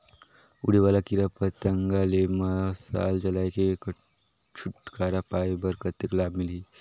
उड़े वाला कीरा पतंगा ले मशाल जलाय के छुटकारा पाय बर कतेक लाभ मिलही?